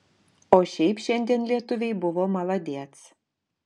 o šiaip šiandien lietuviai buvo maladėc